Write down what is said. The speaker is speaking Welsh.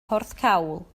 porthcawl